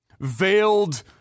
veiled